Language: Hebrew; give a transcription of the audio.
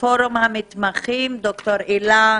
כאמור, אני יושבת-ראש פורום המתמחים של הר"י.